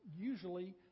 usually